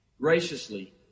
Graciously